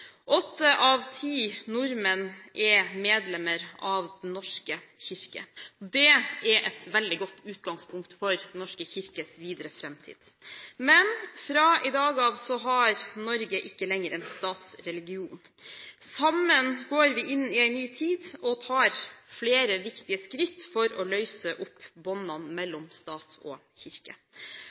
Åtte av ti nordmenn er medlemmer av Den norske kirke. Det er et veldig godt utgangspunkt for Den norske kirkes videre framtid. Men fra i dag av har Norge ikke lenger en statsreligion. Sammen går vi inn i en ny tid og tar flere viktige skritt for å løse opp båndene mellom stat og kirke.